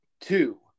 two